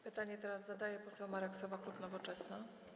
Pytanie teraz zadaje poseł Marek Sowa, klub Nowoczesna.